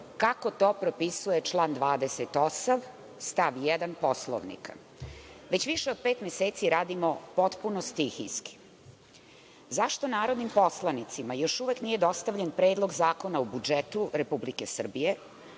kako to propisuje član 28. stav 1. Poslovnika? Već više od pet meseci radimo potpuno stihijski. Zašto narodni poslanicima još uvek nije dostavljen Predlog zakona o budžetu Republike Srbije,